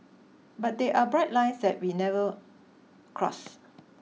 but there are bright lines that we never cross